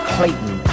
Clayton